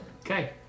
Okay